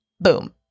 Boom